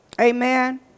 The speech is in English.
Amen